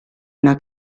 una